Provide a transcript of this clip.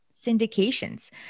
syndications